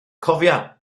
cofia